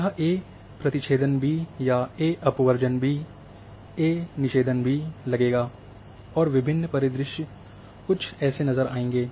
यह ए प्रतिछेदन बी या ए अपवर्जन बी ए निषेधन बी लगेगा और विभिन्न परिदृश्य कुछ ऐसे नज़र आएंगे